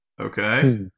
okay